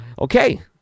Okay